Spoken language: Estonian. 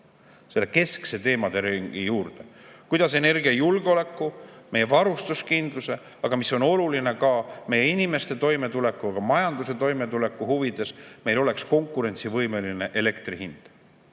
selle keskse teemade ringi juurde, kuidas energiajulgeoleku, meie varustuskindluse, aga mis on ka oluline, et meie inimeste toimetuleku ja majanduse toimetuleku huvides meil oleks konkurentsivõimeline elektri hind.